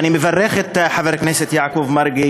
אני מברך את חבר הכנסת יעקב מרגי,